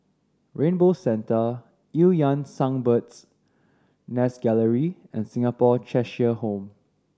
Rainbow Centre Eu Yan Sang Bird's Nest Gallery and Singapore Cheshire Home